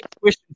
question